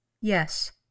Yes